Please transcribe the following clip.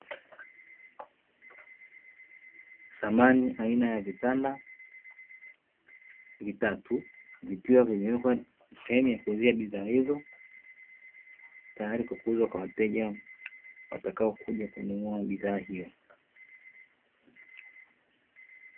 Samani aina ya vitanda vitatu vikiwa vimewekwa sehemu ya kuuzia bidhaa hizo, tayari kwa kuuzwa kwa wateja watakaokuja kununua bidhaa hiyo.